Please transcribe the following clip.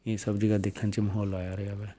ਇਹ ਸਭ ਜਗ੍ਹਾ ਦੇਖਣ 'ਚ ਮਾਹੌਲ ਆਇਆ ਰਿਹਾ ਹੈ